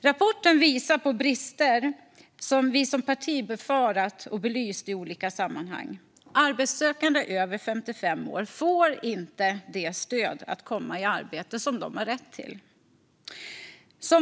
Rapporten visar på brister som vi som parti befarat och belyst i olika sammanhang. Arbetssökande över 55 år får inte det stöd att komma i arbete som de har rätt till.